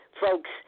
folks